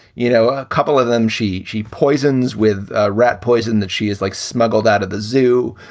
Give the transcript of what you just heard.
you know, a couple of them, she she poison's with rat poison that she is like smuggled out of the zoo.